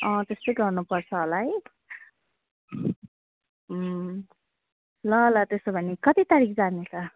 अँ त्यस्तै गर्नु पर्छ होला है ल ल त्यसो भने कति तारिक जानु त